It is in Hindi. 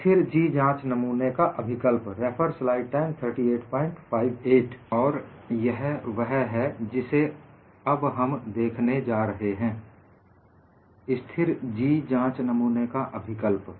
स्थिर G जांच नमूने का अभिकल्प और यह वह है जिसे अब हम देखने जा रहे हैं स्थिर G जांच नमूने का अभिकल्प